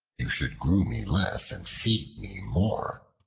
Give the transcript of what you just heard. you should groom me less, and feed me more.